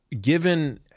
given